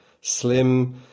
slim